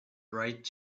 bright